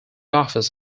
offers